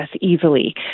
easily